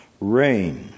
Rain